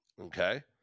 Okay